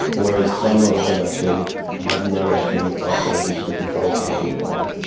whereas some of them actually had no reaction like they did to the control sounds we were playing.